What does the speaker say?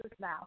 now